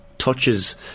touches